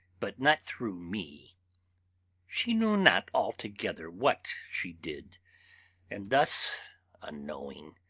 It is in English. but not through me she knew not altogether what she did and thus unknowing,